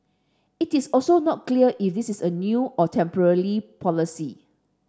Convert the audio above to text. it is also not clear if this is a new or temporarily policy